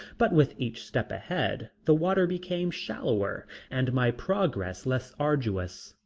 but with each step ahead the water became shallower and my progress less arduous.